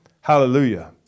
Hallelujah